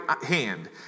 hand